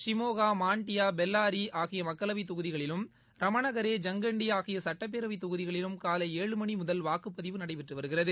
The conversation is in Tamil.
சிமோகா மாண்டியா பெல்லாரி ஆகிய மக்களவைத் தொகுதிகளிலும் ரமணகரே ஜங்கண்டி ஆகிய சட்டப்பேரவைத் தொகுதிகளிலும் காலை ஏழு மணி முதல் வாக்குப்பதிவு நடைபெற்று வருகிறது